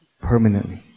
Permanently